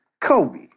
Kobe